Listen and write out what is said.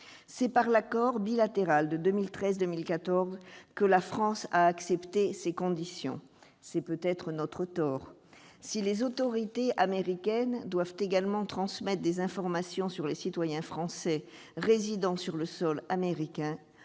C'est par l'accord bilatéral de 2013-2014 que la France a accepté ces conditions ; c'est peut-être notre tort ... Si les autorités américaines doivent également transmettre des informations sur les citoyens français résidant sur le sol américain,